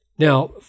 Now